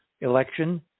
election